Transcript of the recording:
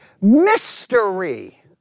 mystery